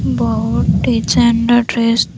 ବହୁତ ଡିଜାଇନ୍ର ଡ୍ରେସ୍